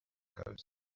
tacos